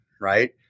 right